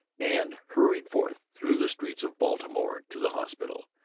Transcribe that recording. and hurried forth through the streets of baltimore to the hospital,